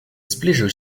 zbliżył